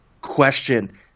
question